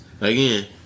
again